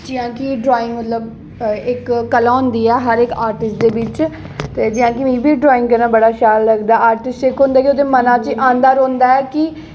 जि'यां के ड्राईंग मतलब इक कला होंदी ऐ हर इक आर्टिस्ट दे बिच मिं बी ड्राईंग करना बड़ा शैल लगदा मनै च औंदा रौंह्दा ऐ के